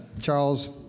charles